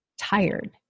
tired